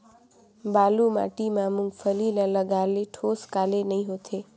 बालू माटी मा मुंगफली ला लगाले ठोस काले नइ होथे?